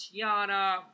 Tiana